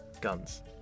guns